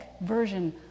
version